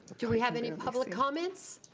do we have any public comments?